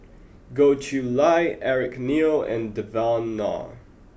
Goh Chiew Lye Eric Neo and Devan Nair